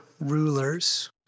rulers